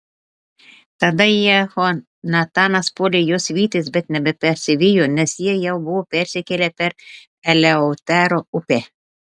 tada jehonatanas puolė juos vytis bet nebepasivijo nes jie jau buvo persikėlę per eleutero upę